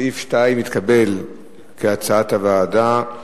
סעיף 2 התקבל כהצעת הוועדה.